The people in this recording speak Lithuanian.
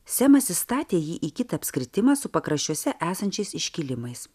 semas įstatė jį į kitą apskritimą su pakraščiuose esančiais iškilimais